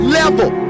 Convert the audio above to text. level